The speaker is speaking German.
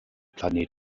planet